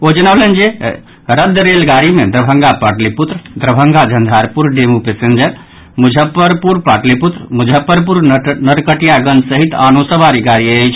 ओ जनौलनि जे रद्द रेलगाड़ी मे दरभंगा पाटलिपुत्र दरभंगा झंझारपुर डेमू पैसेंजर मुजफ्फरपुर पाटलिपुत्र मुजफ्फरपुर नरकटियागंज सहित आनो सवारी गाड़ी अछि